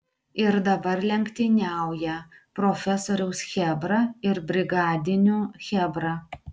ir dabar lenktyniauja profesoriaus chebra ir brigadinių chebra